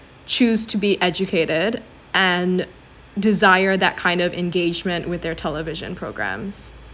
choose to be educated and desire that kind of engagement with their television programmes